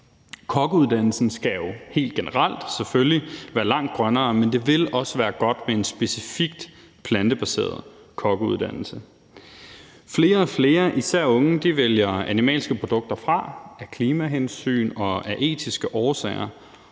Kokkeuddannelsen skal jo selvfølgelig helt generelt være langt grønnere, men det vil også være godt med en specifik plantebaseret kokkeuddannelse. Flere og flere især unge vælger animalske produkter fra af klimahensyn og af etiske årsager,